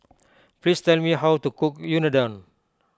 please tell me how to cook Unadon